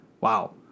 wow